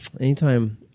anytime